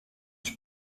suis